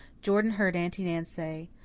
jordan heard aunty nan say,